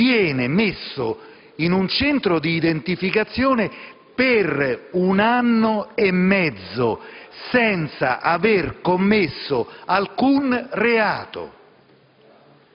viene messo in un centro di identificazione per un anno e mezzo senza aver commesso alcun reato.